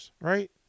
right